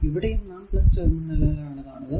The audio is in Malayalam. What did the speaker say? ഇവിടെയും നാം ടെർമിനൽ ആണ് കാണുക